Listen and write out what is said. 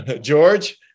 George